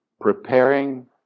Preparing